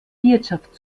wirtschaft